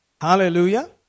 Hallelujah